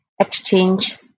exchange